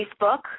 Facebook